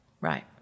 Right